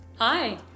Hi